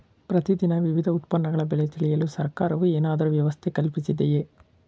ಪ್ರತಿ ದಿನ ವಿವಿಧ ಉತ್ಪನ್ನಗಳ ಬೆಲೆ ತಿಳಿಯಲು ಸರ್ಕಾರವು ಏನಾದರೂ ವ್ಯವಸ್ಥೆ ಕಲ್ಪಿಸಿದೆಯೇ?